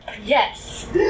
Yes